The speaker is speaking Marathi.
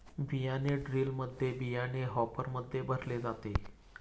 बियाणे ड्रिलमध्ये बियाणे हॉपरमध्ये भरले जाते